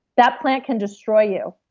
that plant can destroy you.